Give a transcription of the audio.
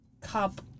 cup